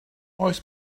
oes